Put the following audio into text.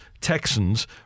Texans